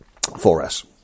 4s